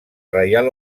reial